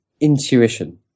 intuition